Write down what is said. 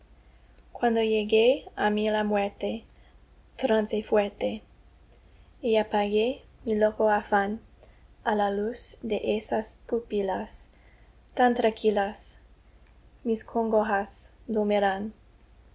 cuando llegue á mí la muerte trance fuerte y apague mi loco afán á la luz de esas pupilas tan tranquilas mis congojas